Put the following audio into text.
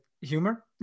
humor